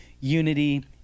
unity